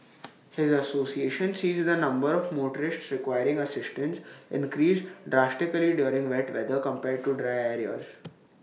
his association sees the number of motorists requiring assistance increase drastically during wet weather compared to dry